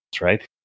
right